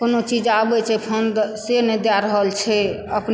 कोनो चीज आबै छै फण्ड से नहि दए रहल छै